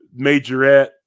majorette